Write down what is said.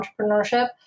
entrepreneurship